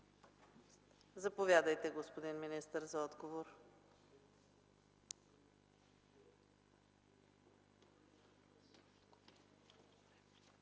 Заповядайте, господин министър, за дуплика.